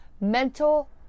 Mental